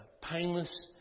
painless